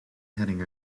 heading